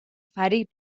فریب